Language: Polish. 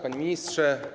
Panie Ministrze!